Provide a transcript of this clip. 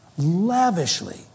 lavishly